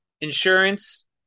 Insurance